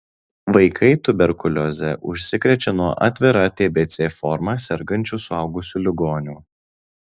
vaikai tuberkulioze užsikrečia nuo atvira tbc forma sergančių suaugusių ligonių